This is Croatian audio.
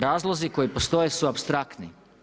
Razlozi koji postoje su apstraktni.